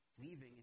leaving